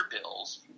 bills